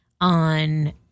on